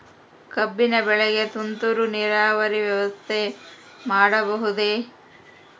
ಕಬ್ಬಿನ ಬೆಳೆಗೆ ತುಂತುರು ನೇರಾವರಿ ವ್ಯವಸ್ಥೆ ಮಾಡಬಹುದೇ?